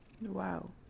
Wow